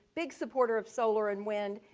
big supporter of solar and wind,